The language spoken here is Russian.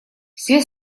все